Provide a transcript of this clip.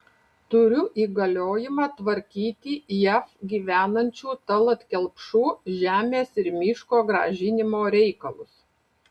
turiu įgaliojimą tvarkyti jav gyvenančių tallat kelpšų žemės ir miško grąžinimo reikalus